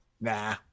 Nah